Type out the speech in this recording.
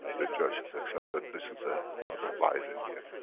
the judge has accepted this is a lot of lies in here.